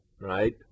right